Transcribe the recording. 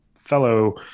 fellow